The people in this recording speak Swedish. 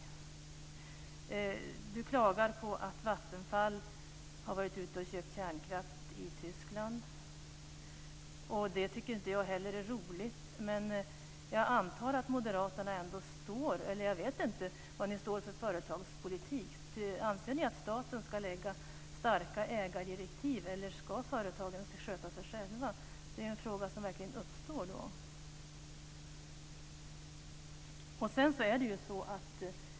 Han klagar på att Vattenfall har varit ute och köpt kärnkraft i Tyskland. Jag tycker inte heller att det är roligt. Jag vet inte vilken företagspolitik som Moderaterna står för. Anser ni att staten ska lägga starka ägardirektiv eller ska företagen sköta sig själva? Det är en fråga som verkligen uppstår här.